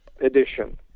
edition